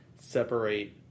separate